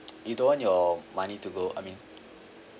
you don't want your money to go I mean